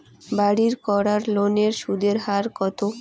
বাড়ির করার লোনের সুদের হার কত?